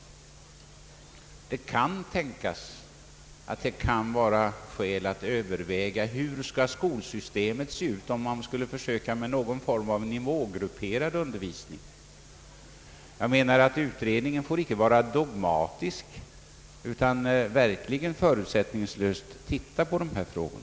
Det kan tänkas att det finns skäl att överväga hur skolsystemet skall se ut om vi skulle försöka med någon form av nivågrupperad undervisning. Utredningen får därför icke vara dogmatisk utan den bör verkligt förutsättningslöst analysera dessa frågor.